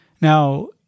Now